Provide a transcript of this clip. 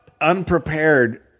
unprepared